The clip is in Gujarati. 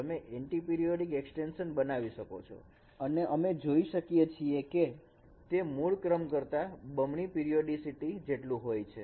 તમે એન્ટિપિરીયોડીક એક્સટેન્શન બનાવી શકો છો અને અમે જોઈ શકીએ છીએ કે તે મૂળ ક્રમ કરતા તે બમણી પિરીયોડીસીટી જેટલું હોય છે